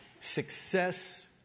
success